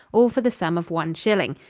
all for the sum of one shilling.